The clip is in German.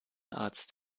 arzt